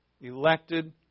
elected